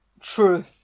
True